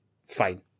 fine